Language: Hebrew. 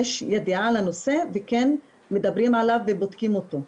יש ידיעה על הנושא וכן מדברים עליו ובודקים אותו.